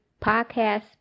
podcast